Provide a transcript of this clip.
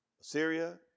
Assyria